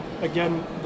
again